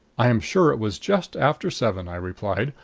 i am sure it was just after seven, i replied.